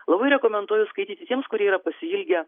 labai rekomenduoju skaityti tiems kurie yra pasiilgę